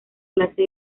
clase